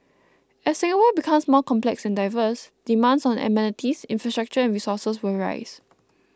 as Singapore becomes more complex and diverse demands on amenities infrastructure and resources will rise